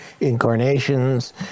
incarnations